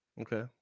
Okay